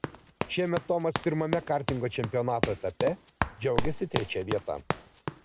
šiemet tomas pirmame kartingo čempionato etape džiaugėsi trečia vieta